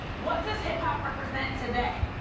what does hip hop represent today?